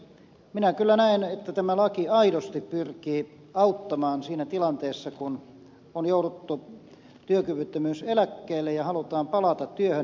minä kyllä näen että tämä laki aidosti pyrkii auttamaan siinä tilanteessa kun on jouduttu työkyvyttömyyseläkkeelle ja halutaan palata työhön